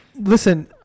Listen